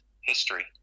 history